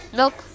milk